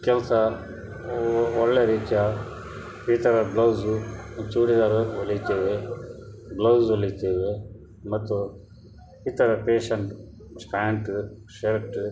ಕೆಲಸ ಒಳ್ಳೆಯ ರೀತಿಯ ಇತರ ಬ್ಲೌಸು ಚೂಡಿದಾರ ಹೊಲಿತೇವೆ ಬ್ಲೌಸ್ ಹೊಲಿತೇವೆ ಮತ್ತು ಇತರ ಪೇಶನ್ ಪ್ಯಾಂಟು ಶರ್ಟು